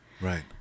Right